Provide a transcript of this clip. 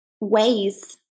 ways